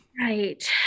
Right